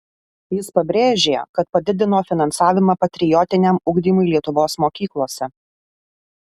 jis pabrėžė kad padidino finansavimą patriotiniam ugdymui lietuvos mokyklose